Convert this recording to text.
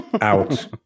out